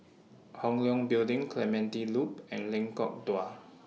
Hong Leong Building Clementi Loop and Lengkok Dua